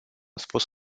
spus